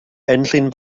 enllyn